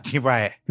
Right